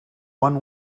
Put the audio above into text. one